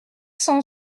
cent